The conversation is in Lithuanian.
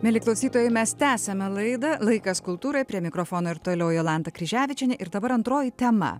mieli klausytojai mes tęsiame laida laikas kultūrai prie mikrofono ir toliau jolanta kryževičienė ir dabar antroji tema